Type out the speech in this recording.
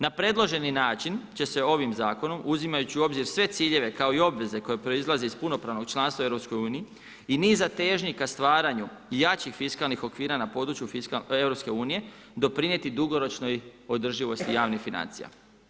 Na predloženi način će se ovim zakonom uzimajući u obzir sve ciljeve kao i obveze koje proizlaze iz punopravnog članstva u EU-u i niza težnji ka stvaranju jačih fiskalnih okvira na području EU-a, doprinijeti dugoročnoj održivosti javnih financija.